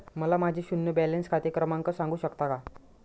मला माझे शून्य बॅलन्स खाते क्रमांक सांगू शकता का?